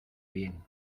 bien